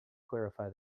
clarify